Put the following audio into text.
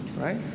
Right